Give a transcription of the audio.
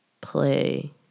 play